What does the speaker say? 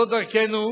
זו דרכנו,